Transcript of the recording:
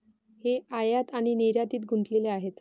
ते आयात आणि निर्यातीत गुंतलेले आहेत